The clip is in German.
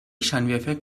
scheinwerfer